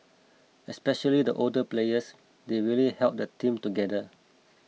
especially the older players they really held the team together